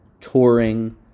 touring